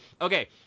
Okay